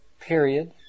period